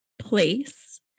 place